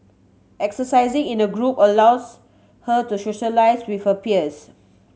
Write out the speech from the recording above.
exercising in a group allows her to socialise with her peers